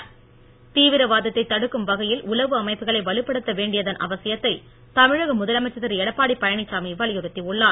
் தீவிரவாதத்தை தடுக்கும் வகையில் உளவு அமைப்புகளை வலுப்படுத்த வேண்டியதன் அவசியத்தை தமிழக முதலமைச்சர் திரு எடப்பாடி பழனிச்சாமி வலியுறுத்தி உள்ளார்